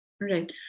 Right